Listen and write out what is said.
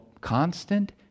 constant